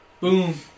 Boom